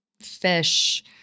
fish